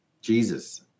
Jesus